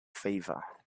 favor